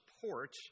support